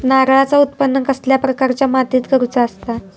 नारळाचा उत्त्पन कसल्या प्रकारच्या मातीत करूचा असता?